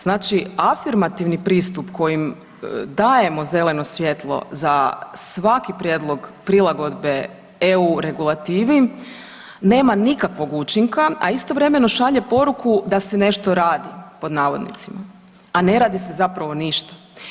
Znači afirmativni pristup kojim dajemo zeleno svjetlo za svaki prijedlog prilagodbe EU regulativi nema nikakvog učinka, a istovremeno šalje poruku da se nešto radi pod navodnicima, a ne radi se zapravo ništa.